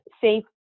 safe